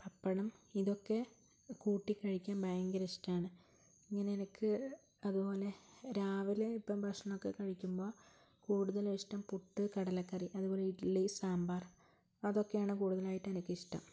പപ്പടം ഇതൊക്കെ കൂട്ടിക്കഴിക്കാൻ ഭയങ്കര ഇഷ്ടമാണ് ഇങ്ങനെ എനിക്ക് അതുപോലെ രാവിലെ ഇപ്പം ഭക്ഷണമൊക്കെ കഴിക്കുമ്പോൾ കൂടുതലിഷ്ടം പുട്ട് കടലക്കറി അതുപോലെ ഇഡ്ഡ്ലി സാമ്പാർ അതൊക്കെയാണ് കൂടുതലായിട്ട് എനിക്കിഷ്ടം ഇതൊക്കെയാണ്